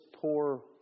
poor